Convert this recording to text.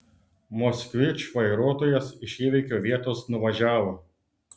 moskvič vairuotojas iš įvykio vietos nuvažiavo